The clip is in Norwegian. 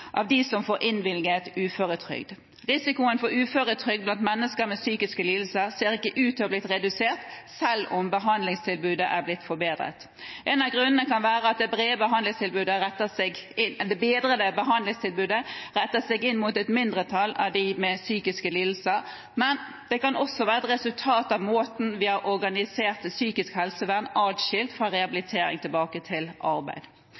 av dem som får innvilget uføretrygd. Risikoen for uføretrygd blant mennesker med psykiske lidelser ser ikke ut til å ha blitt redusert, selv om behandlingstilbudet er blitt forbedret. En av grunnene kan være at det bedrede behandlingstilbudet retter seg inn mot et mindretall av dem med psykiske lidelser. Men det kan også være et resultat av måten vi har organisert psykisk helsevern atskilt fra rehabilitering til arbeid